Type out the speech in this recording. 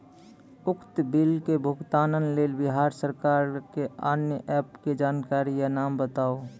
उक्त बिलक भुगतानक लेल बिहार सरकारक आअन्य एप के जानकारी या नाम बताऊ?